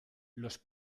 los